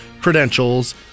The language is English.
credentials